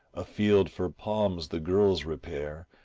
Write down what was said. afield for palms the girls repair,